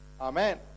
Amen